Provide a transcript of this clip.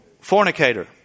fornicator